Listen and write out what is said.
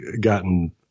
gotten